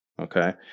Okay